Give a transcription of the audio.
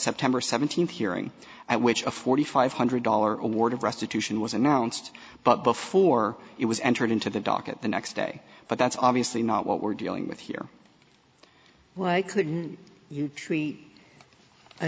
september seventeenth hearing at which a forty five hundred dollar award of restitution was announced but before it was entered into the docket the next day but that's obviously not what we're dealing with here why couldn't you treat